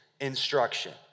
instruction